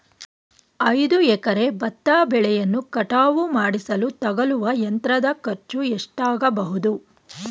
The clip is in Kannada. ಐದು ಎಕರೆ ಭತ್ತ ಬೆಳೆಯನ್ನು ಕಟಾವು ಮಾಡಿಸಲು ತಗಲುವ ಯಂತ್ರದ ಖರ್ಚು ಎಷ್ಟಾಗಬಹುದು?